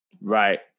Right